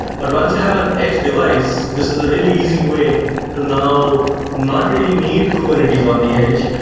but once you have an edge device, this is a really easy way to now not really need kubernetes on the edge,